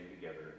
together